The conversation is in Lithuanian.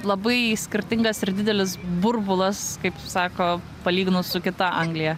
labai skirtingas ir didelis burbulas kaip sako palyginus su kita anglija